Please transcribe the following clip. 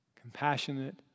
Compassionate